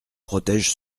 protège